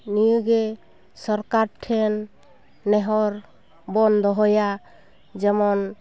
ᱱᱤᱭᱟᱹᱜᱮ ᱥᱚᱨᱠᱟᱨ ᱴᱷᱮᱱ ᱱᱮᱦᱚᱨ ᱵᱚᱱ ᱫᱚᱦᱚᱭᱟ ᱡᱮᱢᱚᱱ